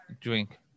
drink